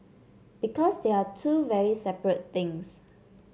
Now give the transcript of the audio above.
because they are two very separate things